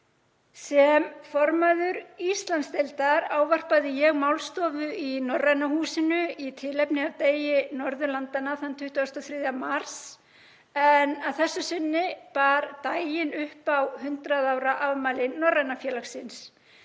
Sem formaður Íslandsdeildar ávarpaði ég málstofu í Norræna húsinu í tilefni af degi Norðurlandanna þann 23. mars en að þessu sinni bar daginn upp á 100 ára afmæli Norræna félagsins.